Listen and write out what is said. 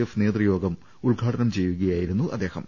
F നേതൃയോഗ്ഗം ഉദ്ഘാടനം ചെയ്യുകയായിരുന്നു അദ്ദേഹം